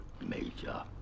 Major